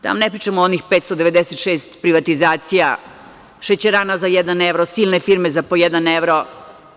Da vam ne pričam o onih 596 privatizacija, šećerana za jedan evro, silne firme za po jedan evro.